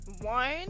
one